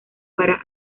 para